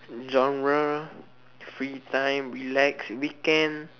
general free time relax weekend